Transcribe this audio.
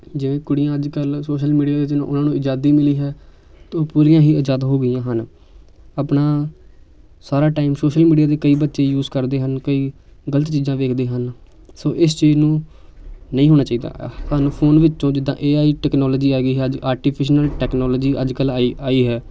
ਜਿਵੇਂ ਕੁੜੀਆਂ ਅੱਜ ਕੱਲ੍ਹ ਸੋਸ਼ਲ ਮੀਡੀਆ ਵਿੱਚ ਉਹਨਾਂ ਨੂੰ ਆਜ਼ਾਦੀ ਮਿਲੀ ਹੈ ਤਾਂ ਉਹ ਪੂਰੀਆਂ ਹੀ ਆਜ਼ਾਦ ਹੋ ਗਈਆਂ ਹਨ ਆਪਣਾ ਸਾਰਾ ਟਾਈਮ ਸੋਸ਼ਲ ਮੀਡੀਆ 'ਤੇ ਕਈ ਬੱਚੇ ਯੂਜ ਕਰਦੇ ਹਨ ਕਈ ਗਲਤ ਚੀਜ਼ਾਂ ਵੇਖਦੇ ਹਨ ਸੋ ਇਸ ਚੀਜ਼ ਨੂੰ ਨਹੀਂ ਹੋਣਾ ਚਾਹੀਦਾ ਸਾਨੂੰ ਫੋਨ ਵਿੱਚੋਂ ਜਿੱਦਾਂ ਏ ਆਈ ਟੈਕਨੋਲਜੀ ਆ ਗਈ ਹੈ ਅੱਜ ਆਰਟੀਫਿਸ਼ਲ ਟੈਕਨੋਲਜੀ ਅੱਜ ਕੱਲ੍ਹ ਆਈ ਆਈ ਹੈ